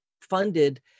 funded